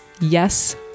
yes